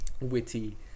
witty